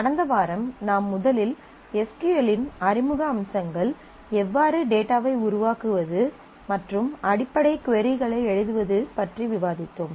கடந்த வாரம் நாம் முதலில் எஸ் க்யூ எல் இன் அறிமுக அம்சங்கள் எவ்வாறு டேட்டாவை உருவாக்குவது மற்றும் அடிப்படை கொரிகளை எழுதுவது பற்றி விவாதித்தோம்